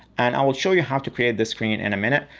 and i will show you how to create this screen in a minute.